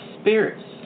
spirits